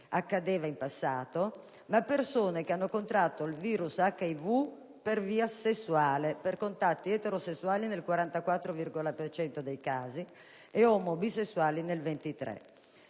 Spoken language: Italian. accadeva in passato, ma persone che hanno contratto il *virus* HIV per via sessuale (per contatti eterosessuali nel 44,4 per cento dei casi e omo-bisessuali in più